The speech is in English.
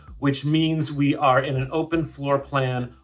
which means we are in an open floor plan,